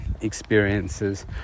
experiences